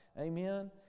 Amen